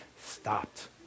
Stopped